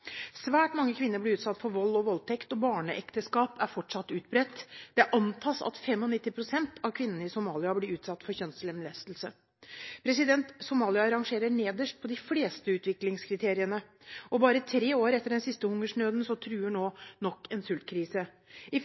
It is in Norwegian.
Svært mange kvinner blir utsatt for vold og voldtekt, og barneekteskap er fortsatt utbredt. Det antas at 95 pst. av kvinnene i Somalia blir utsatt for kjønnslemlestelse. Somalia rangerer nederst på de fleste utviklingskriteriene. Bare tre år etter den siste hungersnøden truer nå nok en sultkrise.